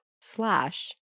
Slash